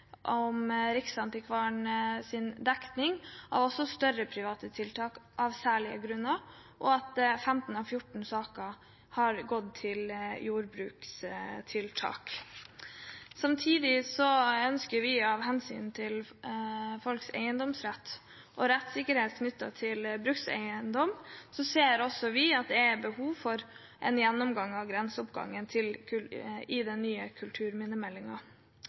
om Riksantikvarens dekning av også større private tiltak, av særlige grunner, og at 15 av 40 saker har gått til jordbrukstiltak. Samtidig ser også vi at det av hensyn til folks eiendomsrett og rettssikkerhet knyttet til brukseiendom er behov for en gjennomgang av grenseoppgangen i den nye